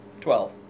Twelve